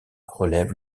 relève